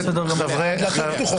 אה, הדלתות פתוחות.